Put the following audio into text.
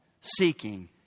seeking